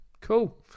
cool